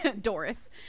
Doris